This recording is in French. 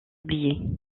oublier